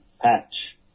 patch